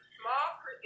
small